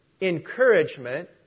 encouragement